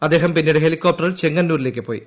അദ്ദേഹം പിന്നീട് ഹെലികോപ്റ്ററിൽ ചെങ്ങന്നൂരിലേക്ക് പോയി